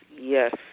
yes